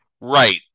right